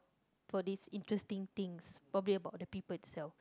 for this interesting things probably about the people itself